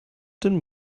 den